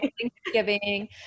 Thanksgiving